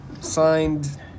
Signed